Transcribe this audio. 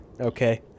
Okay